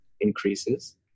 increases